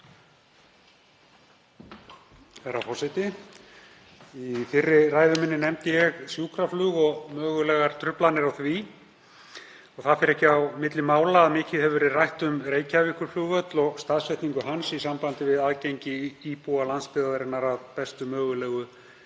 Herra forseti. Í fyrri ræðu minni nefndi ég sjúkraflug og mögulegar truflanir á því. Það fer ekki á milli mála að mikið hefur verið rætt um Reykjavíkurflugvöll og staðsetningu hans í sambandi við aðgengi íbúa landsbyggðarinnar að bestri mögulegri